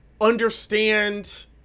understand